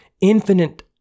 infinite